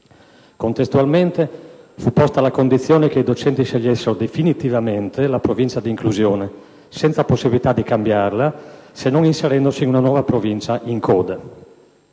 Contestualmente, fu posta la condizione che i docenti scegliessero definitivamente la Provincia di inclusione, senza possibilità di cambiarla, se non inserendosi in una nuova Provincia in coda.